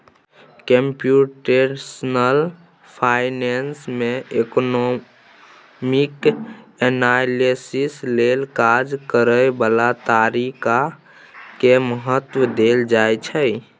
computational finance में economic analysis लेल काज करए बला तरीका के महत्व देल जाइ छइ